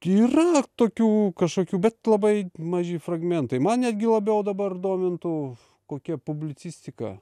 yra tokių kažkokių bet labai maži fragmentai man netgi labiau dabar domintų kokia publicistika